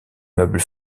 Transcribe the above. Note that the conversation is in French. meuble